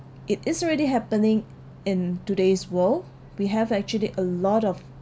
it is already happening in today's world we have actually a lot of